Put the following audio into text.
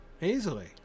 Easily